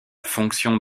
fonction